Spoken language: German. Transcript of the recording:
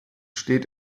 steht